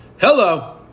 Hello